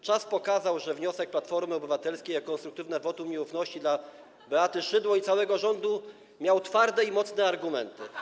Czas pokazał, że wniosek Platformy Obywatelskiej, konstruktywne wotum nieufności dla Beaty Szydło i całego rządu, miał twarde i mocne argumenty.